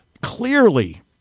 clearly